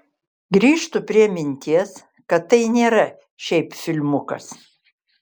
grįžtu prie minties kad tai nėra šiaip filmukas